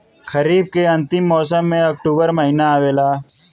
खरीफ़ के अंतिम मौसम में अक्टूबर महीना आवेला?